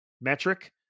metric